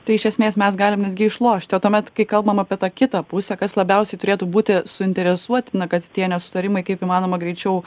tai iš esmės mes galime netgi išlošti o tuomet kai kalbam apie tą kitą pusę kas labiausiai turėtų būti suinteresuotina kad tie nesutarimai kaip įmanoma greičiau